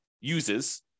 uses